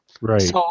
Right